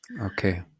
okay